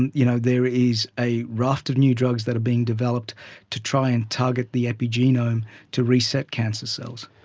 and you know there is a raft of new drugs that are being developed to try and tug at the epigenome to reset cancer cells.